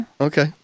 Okay